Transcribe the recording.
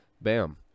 Bam